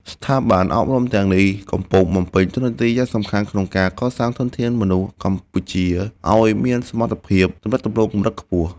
ស្ថាប័នអប់រំទាំងនេះកំពុងបំពេញតួនាទីយ៉ាងសំខាន់ក្នុងការកសាងធនធានមនុស្សកម្ពុជាឱ្យមានសមត្ថភាពទំនាក់ទំនងកម្រិតខ្ពស់។